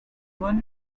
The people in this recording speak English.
one